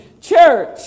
church